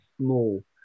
small